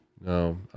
No